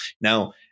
Now